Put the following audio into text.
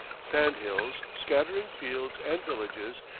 sand-hills, scattering fields and villages,